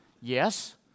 Yes